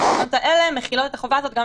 התקנות הנדונות מחילות את החובה גם על